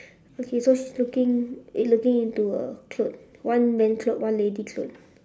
okay so she's looking eh looking into err clothes one man clothes one lady clothes